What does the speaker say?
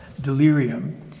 delirium